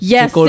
Yes